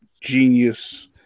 genius